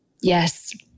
Yes